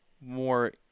more